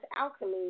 alchemy